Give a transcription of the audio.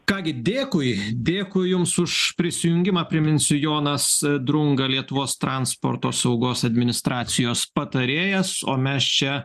ką gi dėkui dėkui jums už prisijungimą priminsiu jonas drunga lietuvos transporto saugos administracijos patarėjas o mes čia